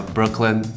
Brooklyn